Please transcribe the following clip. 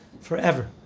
forever